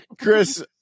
Chris